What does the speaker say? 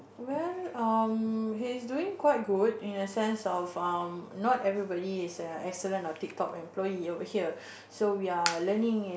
well um he's doing quite good in the sense of um not everybody is excellent and tip top employee over here so we are learning and